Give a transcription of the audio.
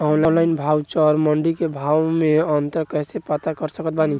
Online भाव आउर मंडी के भाव मे अंतर कैसे पता कर सकत बानी?